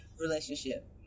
relationship